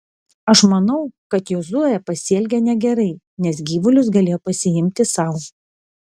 aš manau kad jozuė pasielgė negerai nes gyvulius galėjo pasiimti sau